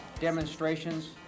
demonstrations